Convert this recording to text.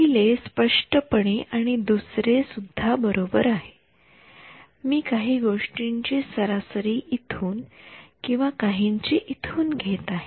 पहिले स्पष्टपणे आणि दुसरे सुद्धा बरोबर आहे मी काही गोष्टींची सरासरी इथून आणि काहींची इथून घेत आहे